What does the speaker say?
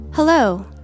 Hello